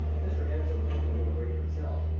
mr. ansell was looking a little grave himself.